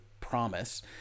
promise